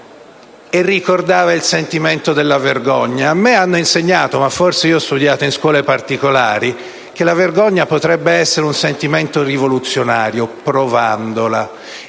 e ricordava il sentimento della vergogna. A me hanno insegnato, ma forse ho studiato in scuole particolari, che la vergogna potrebbe essere un sentimento rivoluzionario, provandolo.